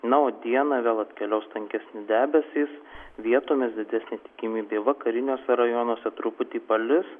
na o dieną vėl atkeliaus tankesni debesys vietomis didesnė tikimybė vakariniuose rajonuose truputį palis